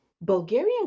Bulgarian